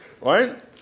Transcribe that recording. Right